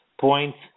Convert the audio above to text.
points